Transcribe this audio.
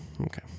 okay